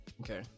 okay